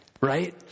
Right